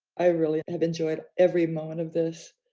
i really have enjoyed every moment of this.